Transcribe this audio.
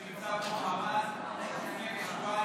סגן השר שנמצא פה רמז לפני כשבועיים,